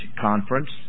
Conference